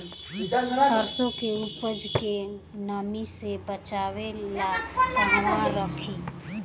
सरसों के उपज के नमी से बचावे ला कहवा रखी?